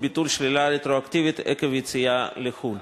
ביטול שלילה רטרואקטיבית עקב יציאה לחו"ל).